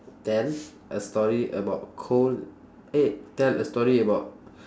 tell a story about co~ eh tell a story about